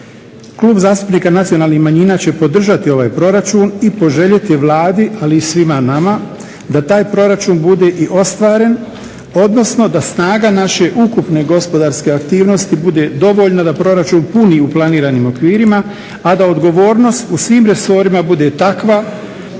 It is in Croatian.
Klub zastupnika nacionalnih manjina će podržati ovaj proračun i poželjeti Vladi ali i svima nama da taj proračun bude i ostvaren odnosno da snaga naše ukupne gospodarske aktivnosti bude dovoljna da proračun puni u planiranim okvirima, a da odgovornost u svim resorima bude takva